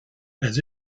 has